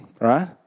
right